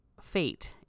fate